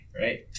right